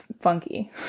funky